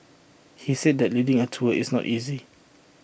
he said that leading A tour is not easy